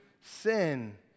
sin